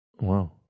Wow